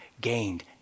gained